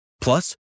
Plus